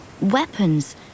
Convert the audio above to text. weapons